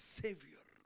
savior